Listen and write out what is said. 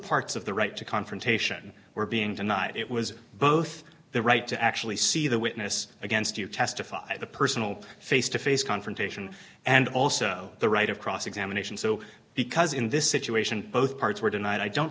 parts of the right to confrontation were being denied it was both the right to actually see the witness against you testify the personal face to face confrontation and also the right of cross examination so because in this situation both parts were denied i do